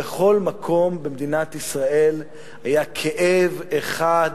בכל מקום במדינת ישראל היה כאב אחד,